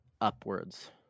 upwards